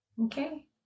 Okay